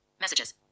Messages